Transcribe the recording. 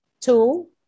Two